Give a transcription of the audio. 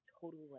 total